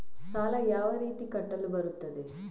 ಸಾಲ ಯಾವ ರೀತಿ ಕಟ್ಟಲು ಬರುತ್ತದೆ?